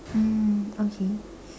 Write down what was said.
mm okay